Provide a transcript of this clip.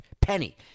penny